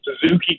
Suzuki